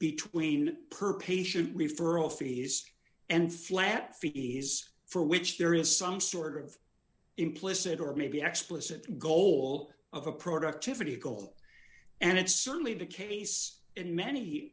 between per patient referral fees and flat fees for which there is some sort of implicit or maybe explicit goal of a productivity goal and it's certainly the case in many